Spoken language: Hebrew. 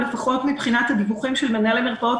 לפחות מבחינת הדיווחים של מנהלי מרפאות,